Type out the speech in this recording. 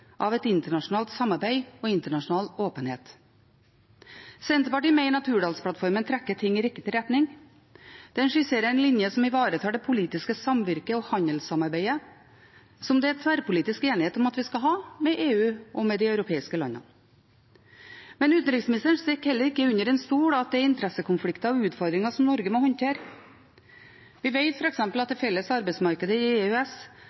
av et internasjonalt samarbeid og internasjonal åpenhet. Senterpartiet mener at Hurdalsplattformen trekker ting i riktig retning. Den skisserer en linje som ivaretar det politiske samvirket og handelssamarbeidet som det er tverrpolitisk enighet om at vi skal ha med EU og med de europeiske landene. Men utenriksministeren stikker heller ikke under stol at det er interessekonflikter og utfordringer som Norge må håndtere. Vi vet f.eks. at det felles arbeidsmarkedet i EØS